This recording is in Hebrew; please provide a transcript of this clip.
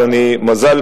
מזל,